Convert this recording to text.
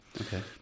Okay